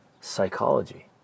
psychology